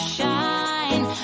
shine